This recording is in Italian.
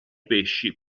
pesci